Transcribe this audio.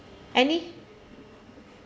any